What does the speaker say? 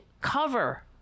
cover